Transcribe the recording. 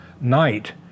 night